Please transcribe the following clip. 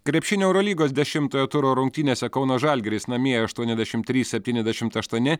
krepšinio eurolygos dešimtojo turo rungtynėse kauno žalgiris namie aštuoniasdešimt trys septyniasdešimt aštuoni